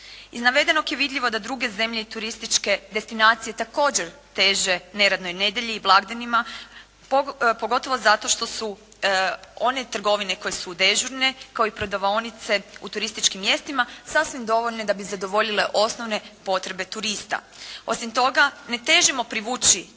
Iz navedenog je vidljivo da druge zemlje i turističke destinacije također teže neradnoj nedjelji i blagdanima pogotovo zato što su one trgovine koje su dežurne kao i prodavaonice u turističkim mjestima sasvim dovoljne da bi zadovoljile osnovne potrebe turista. Osim toga, ne težimo privući turiste